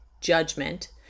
judgment